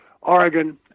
Oregon